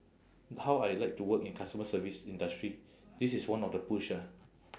how I like to work in customer service industry this is one of the push ah